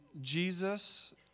Jesus